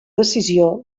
decisió